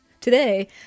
today